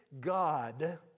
God